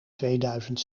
tweeduizend